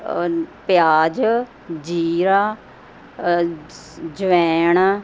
ਪਿਆਜ਼ ਜੀਰਾ ਸ ਜਵੈਣ